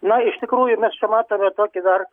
na iš tikrųjų mes čia matome tokį dar